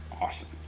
Awesome